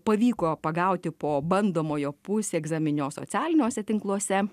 pavyko pagauti po bandomojo pusegzaminio socialiniuose tinkluose